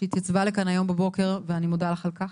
שהתייצבה לכאן היום בבוקר ואני מודה לך על כך,